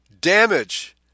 damage